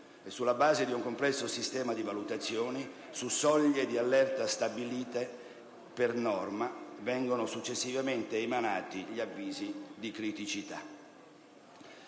Sulla base di un complesso sistema di valutazioni, su soglie di allerta stabilite per norma, vengono successivamente emanati gli avvisi di criticità.